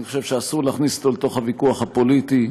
אני חושב שאסור להכניס אותו לתוך הוויכוח הפוליטי,